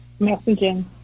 Messaging